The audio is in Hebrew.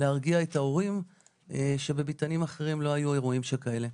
להרגיע את ההורים שבביתנים אחרים לא היו אירועים שכאלה.